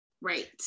Right